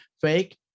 fake